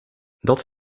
dat